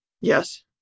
Yes